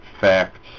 facts